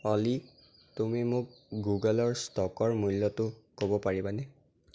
অ'লি তুমি মোক গুগলৰ ষ্টকৰ মূল্যটো ক'ব পাৰিবানে